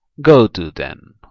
go to, then.